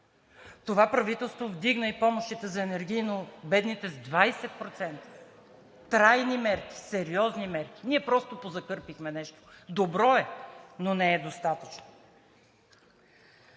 Това правителство вдигна и помощите за енергийно бедните с 20%. Трайни мерки, сериозни мерки! Ние просто позакърпихме нещо. Добро е, но не е достатъчно.